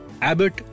Abbott